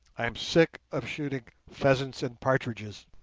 i am sick of shooting pheasants and partridges,